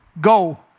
go